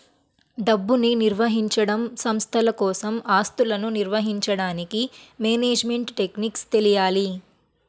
డబ్బుని నిర్వహించడం, సంస్థల కోసం ఆస్తులను నిర్వహించడానికి మేనేజ్మెంట్ టెక్నిక్స్ తెలియాలి